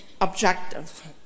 objective